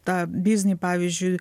tą biznį pavyzdžiui